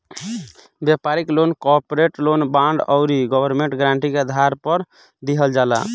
व्यापारिक loan corporate bond आउर government guarantee के आधार पर दिहल जाला